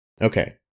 Okay